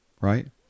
Right